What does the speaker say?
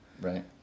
right